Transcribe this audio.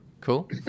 Cool